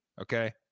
Okay